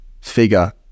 figure